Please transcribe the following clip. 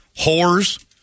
whores